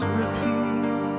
repeat